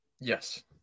Yes